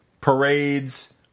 parades